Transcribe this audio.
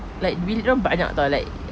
like bilik dorang banyak [tau] like